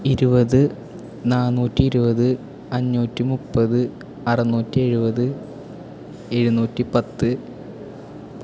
ഇരുപത് നാനൂറ്റി ഇരുപത് അഞ്ഞൂറ്റി മുപ്പത് അറുന്നൂറ്റി എഴുപത് എഴുന്നൂറ്റി പത്ത്